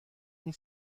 این